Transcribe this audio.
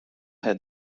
had